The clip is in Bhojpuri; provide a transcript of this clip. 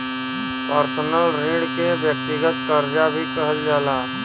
पर्सनल ऋण के व्यक्तिगत करजा भी कहल जाला